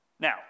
Now